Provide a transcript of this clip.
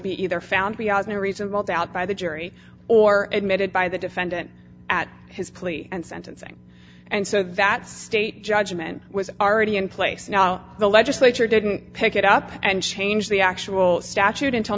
be either found beyond a reasonable doubt by the jury or admitted by the defendant at his plea and sentencing and so that state judgment was already in place now the legislature didn't pick it up and change the actual statute until